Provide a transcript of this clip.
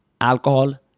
alcohol